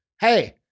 Hey